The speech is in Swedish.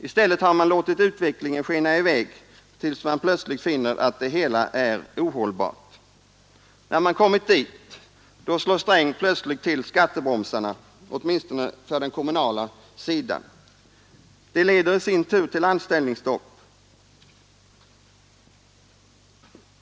I stället har man låtit utvecklingen skena i väg tills man lerande åtgärder plötsligt finner att det hela är ohållbart. När man kommit dit slår Sträng plötsligt till skattebromsarna, åtminstone för den kommunala sidan. Det leder i sin tur till anställningsstopp.